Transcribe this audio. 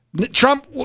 Trump